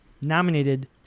nominated